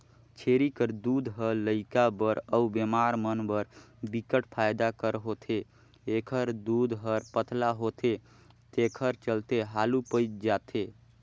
छेरी कर दूद ह लइका बर अउ बेमार मन बर बिकट फायदा कर होथे, एखर दूद हर पतला होथे तेखर चलते हालु पयच जाथे